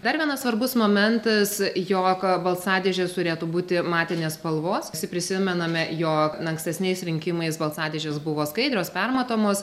dar vienas svarbus momentas jog balsadėžės turėtų būti matinės spalvos visi prisimename jog ankstesniais rinkimais balsadėžės buvo skaidrios permatomos